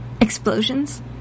Explosions